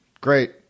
Great